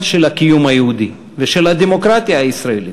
של הקיום היהודי ושל הדמוקרטיה הישראלית.